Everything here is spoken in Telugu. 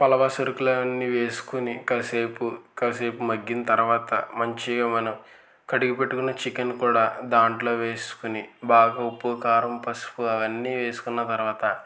ఫలానా సరుకులు అవన్నీ వేసుకుని కాసేపు కాసేపు మగ్గిన తర్వాత మంచిగా మనం కడిగిపెట్టుకున్న చికెను కూడా దాంట్లో వేసుకుని బాగా ఉప్పు కారం పసుపు అవన్నీ వేసుకున్న తర్వాత